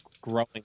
growing